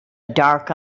dark